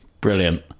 Brilliant